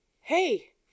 hey